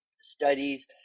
studies